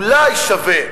אולי שווה,